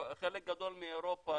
חלק גדול מאירופה,